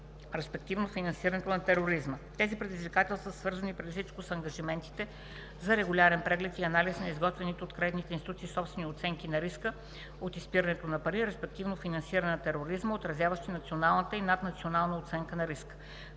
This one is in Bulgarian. респективно финансирането на тероризма. Тези предизвикателства са свързани преди всичко с ангажиментите за регулярен преглед и анализ на изготвените от кредитните институции собствени оценки на риска от изпирането на пари, респективно финансиране на тероризма, отразяващи националната и наднационалната оценка на риска;